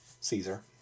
Caesar